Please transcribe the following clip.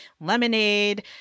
Lemonade